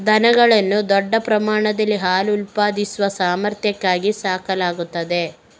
ದನಗಳನ್ನು ದೊಡ್ಡ ಪ್ರಮಾಣದಲ್ಲಿ ಹಾಲು ಉತ್ಪಾದಿಸುವ ಸಾಮರ್ಥ್ಯಕ್ಕಾಗಿ ಸಾಕಲಾಗುತ್ತದೆ